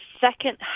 second